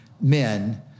men